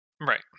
Right